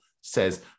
says